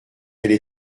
elles